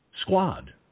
squad